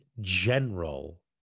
general